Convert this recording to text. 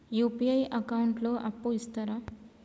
UPI account లో అప్పు ఇస్తరా?